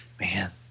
man